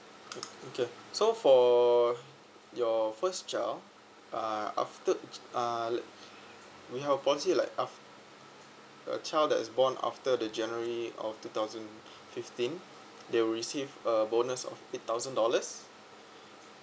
mm okay so for your first child uh after uh like with our policy like af~ the child that is born after the january of two thousand fifteen they will receive a bonus of eight thousand dollars